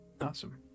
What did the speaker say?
Awesome